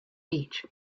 beach